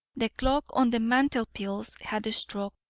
the clock on the mantelpiece had struck